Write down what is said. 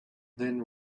then